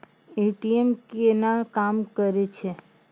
ATM केना काम करै छै?